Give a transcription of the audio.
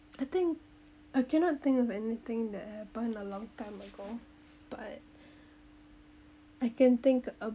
I think I cannot think of anything that happened a long time ago but I can think